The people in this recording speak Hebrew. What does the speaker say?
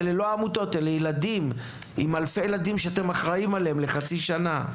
אלא לא עמותות; אלה אלפי ילדים שאתם אחראים עליהם לחצי שנה.